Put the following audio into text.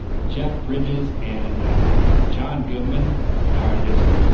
jeff bridges, and john goodman are just,